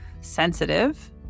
sensitive